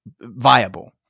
viable